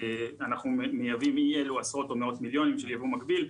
אנחנו מייבאים אי אילו עשרות או מאות מליונים של יבוא מקביל.